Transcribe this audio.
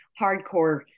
hardcore